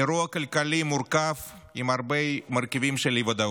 אירוע כלכלי מורכב, עם הרבה מרכיבים של אי-ודאות,